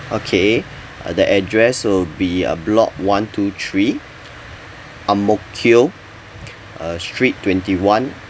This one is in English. okay uh the address will be uh block one two three Ang Mo Kio uh street twenty-one